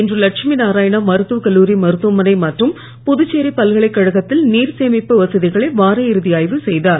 இன்று லட்சுமிநாராயணா மருத்துவ கல்லூரி மருத்துவமனை மற்றும் புதுச்சேரி பல்கலைக்கழகத்தில் நீர் சேமிப்பு வசதிகளை வார இறுதி ஆய்வு செய்தார்